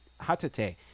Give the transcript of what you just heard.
Hatate